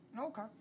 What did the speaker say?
Okay